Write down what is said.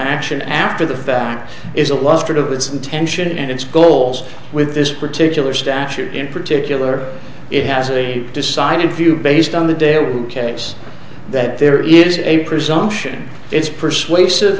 action after the fact is a lost of its attention and its goals with this particular statute in particular it has a decided few based on the day a case that there is a presumption it's persuasive